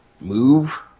move